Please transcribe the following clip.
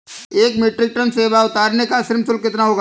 एक metric ton सेव उतारने का श्रम शुल्क कितना होगा?